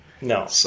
No